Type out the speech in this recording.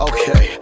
Okay